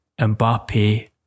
Mbappe